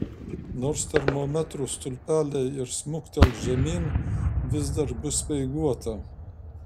nors termometrų stulpeliai ir smuktels žemyn vis dar bus speiguota